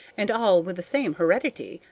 and all with the same heredity.